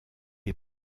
est